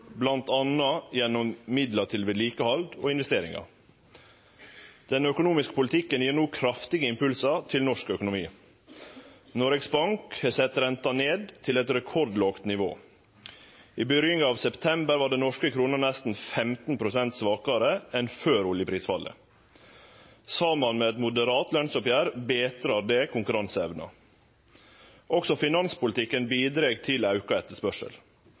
gjennom midlar til vedlikehald og investeringar. Den økonomiske politikken gir no kraftige impulsar til norsk økonomi. Noregs Bank har sett ned renta til eit rekordlågt nivå. I byrjinga av september var den norske krona nesten 15 pst. svakare enn før oljeprisfallet. Saman med eit moderat lønnsoppgjer betrar det konkurranseevna. Også finanspolitikken bidreg til auka etterspørsel.